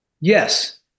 yes